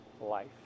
life